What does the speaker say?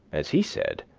as he said,